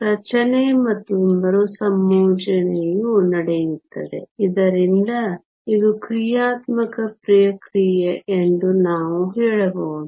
ರಚನೆ ಮತ್ತು ಮರುಸಂಯೋಜನೆಯು ನಡೆಯುತ್ತದೆ ಇದರಿಂದ ಇದು ಕ್ರಿಯಾತ್ಮಕ ಪ್ರಕ್ರಿಯೆ ಎಂದು ನಾವು ಹೇಳಬಹುದು